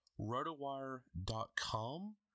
rotowire.com